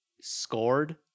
scored